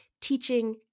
teaching